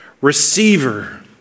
receiver